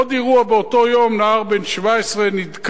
עוד אירוע באותו יום, נער בן 17 נדקר,